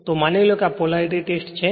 તો માની લો કે આ પોલેરિટીટેસ્ટ છે